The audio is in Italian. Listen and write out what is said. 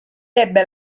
ebbe